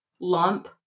Lump